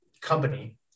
company